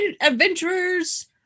adventurers